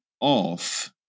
off